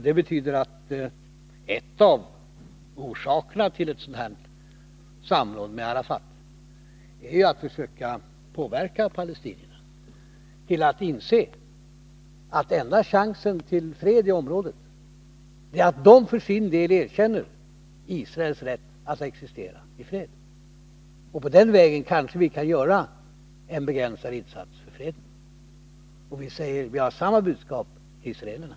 Det betyder att en av orsakerna till att vi vill ha ett samråd med Arafat är att vi vill försöka få palestinierna att inse att den enda chansen till fred i området är att de för sin del erkänner Israels rätt att existera ifred. På den vägen kanske vi kan göra en begränsad insats för freden. Vi har samma budskap till israelerna.